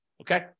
okay